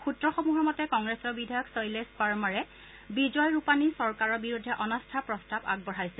সূত্ৰসমূহৰ মতে কংগ্ৰেছৰ বিধায়ক শৈলেশ পাৰমাৰে বিজয় ৰূপানী চৰকাৰৰ বিৰুদ্ধে অনাস্থা প্ৰস্তাৱ আগবঢ়াইছে